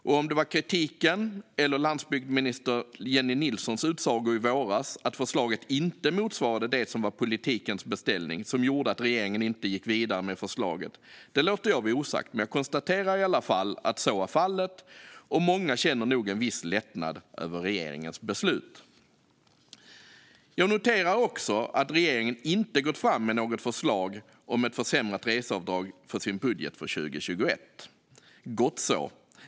Om det var kritiken eller landsbygdsminister Jennie Nilssons utsagor i våras om att förslaget inte motsvarade det som var politikens beställning som gjorde att regeringen inte gick vidare med förslaget låter jag vara osagt. Men jag konstaterar i varje fall att så var fallet, och många känner nog en viss lättnad över regeringens beslut. Jag noterar också att regeringen inte gått fram med något förslag om ett försämrat reseavdrag i sin budget för 2021. Det är gott så.